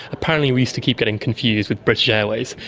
apparently we used to keep getting confused with british airways,